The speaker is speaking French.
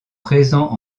présents